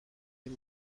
این